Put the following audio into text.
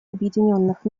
объединенных